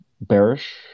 bearish